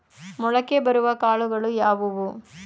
ಮೊಳಕೆ ಬರುವ ಕಾಳುಗಳು ಯಾವುವು?